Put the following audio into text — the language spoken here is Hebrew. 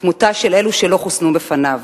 תמותה של אלו שלא חוסנו מפניו.